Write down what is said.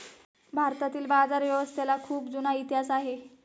भारतातील बाजारव्यवस्थेला खूप जुना इतिहास आहे